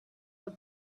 the